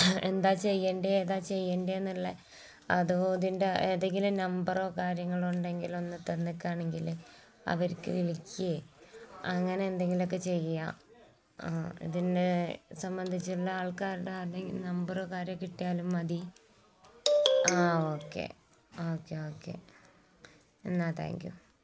എന്താണ് ചെയ്യേണ്ടത് ഏതാണ് ചെയ്യേണ്ടതെന്നുള്ള അതോ അതിൻ്റെ ഏതെങ്കിലും നമ്പറോ കാര്യങ്ങളോ ഉണ്ടെങ്കിൽ ഒന്ന് തന്നിരുന്നുവെങ്കില് അവര്ക്ക് വിളിക്കുകയോ അങ്ങനെ എന്തെങ്കിലുമൊക്കെ ചെയ്യാം ആ ഇതിനെ സംബന്ധിച്ചുള്ള ആൾക്കാരുടെ ആരുടെയെങ്കിലും നമ്പറോ കാര്യമോ കിട്ടിയാലും മതി ആ ഓക്കെ ഓക്കെ ഓക്കെ എന്നാല് താങ്ക് യൂ